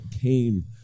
came